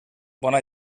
bona